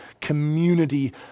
community